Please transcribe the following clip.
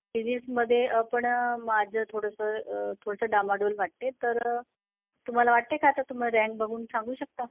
फिजिसमध्ये पण माझं थोडंसं थोडंसं डामाडोल वाटते तर तुम्हाला वाटते का आता तुम्ही रँक बघून सांगू शकता